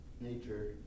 nature